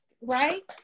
right